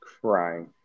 crying